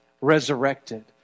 resurrected